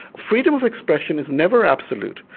freedom of expression is never absolute.